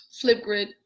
Flipgrid